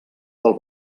del